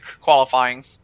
qualifying